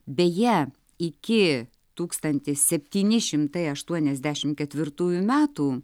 beje iki tūkstantis septyni šimtai ašuoniasdešimt ketvirtųjų metų